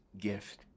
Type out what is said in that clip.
gift